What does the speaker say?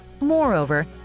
Moreover